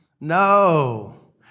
No